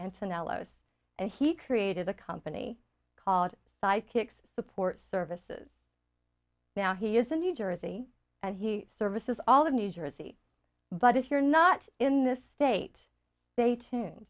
ellos and he created a company called psychics support services now he is a new jersey and he services all of new jersey but if you're not in this state they tune